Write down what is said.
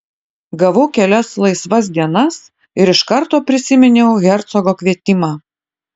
gavau kelias laisvas dienas ir iš karto prisiminiau hercogo kvietimą